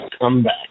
Comeback